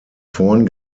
vorn